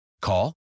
Call